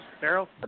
barrel